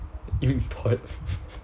import